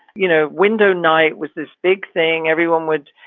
you know, window night was this big thing. everyone would